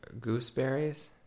Gooseberries